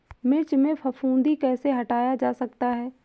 मिर्च में फफूंदी कैसे हटाया जा सकता है?